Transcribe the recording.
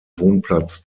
wohnplatz